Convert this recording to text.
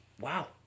wow